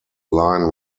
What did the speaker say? line